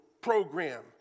program